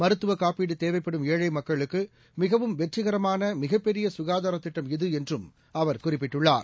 மருத்துவ காப்பீடு தேவைப்படும் ஏழை மக்களுக்கு மிகவும் வெற்றிகரமான மிகப்பெரிய சுகாதார திட்டம் இது என்றும் அவர் குறிப்பிட்டுள்ளார்